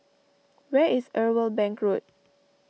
where is Irwell Bank Road